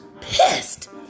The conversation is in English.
pissed